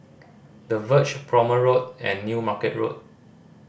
The Verge Prome Road and New Market Road